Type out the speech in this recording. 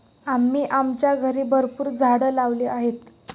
आम्ही आमच्या घरी भरपूर झाडं लावली आहेत